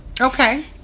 Okay